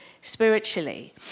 spiritually